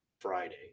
Friday